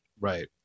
Right